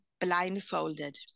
blindfolded